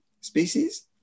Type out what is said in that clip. species